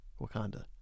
Wakanda